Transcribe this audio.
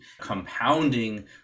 compounding